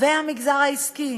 והמגזר העסקי,